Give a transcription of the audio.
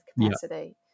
capacity